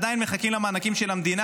עדיין מחכים למענקים של המדינה.